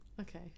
Okay